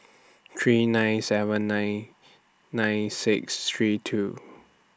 three nine seven nine nine six three two